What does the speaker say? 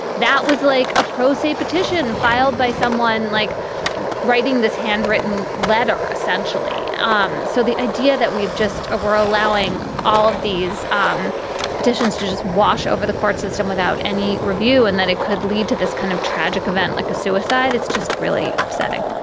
that was like a prosy petition filed by someone like writing this handwritten letter, essentially. um so the idea that we have just a we're allowing all of these um petitions to just wash over the court system without any review and that it could lead to this kind of tragic event like a suicide. it's just really upsetting